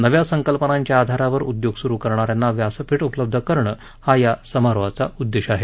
नव्या संकल्पनांच्या आधार उद्योग सुरु करणा यांना व्यासपिठ उपलब्ध करणं हा या समारोहाचा उद्देश आहे